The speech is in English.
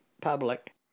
public